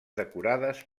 decorades